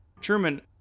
Truman